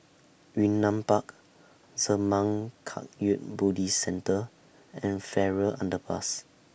Yunnan Park Zurmang Kagyud Buddhist Centre and Farrer Underpass